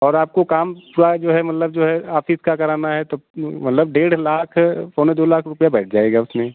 और आपको काम पूरा जो है मतलब जो है आफिस का कराना है तो मतलब डेढ़ लाख पौने दो लाख रुपये बैठ जाएगा उसमें